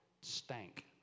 Stank